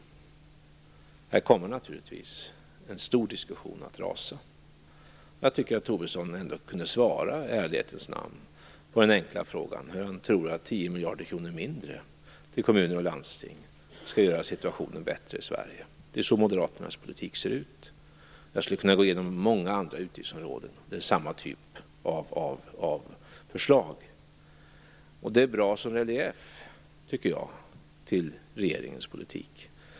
Här kommer naturligtvis en stor diskussion att rasa. Jag tycker att Tobisson i ärlighetens namn kunde svara på den enkla frågan hur han tror att 10 miljarder kronor mindre till kommuner och landsting skulle förbättra situationen i Sverige. Det är så moderaternas politik ser ut. Jag skulle kunna gå igenom många andra utgiftsområden med samma typ av förslag. Jag tycker att det är en bra relief till regeringens politik.